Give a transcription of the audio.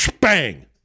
bang